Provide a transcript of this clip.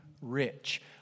rich